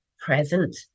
present